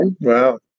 Wow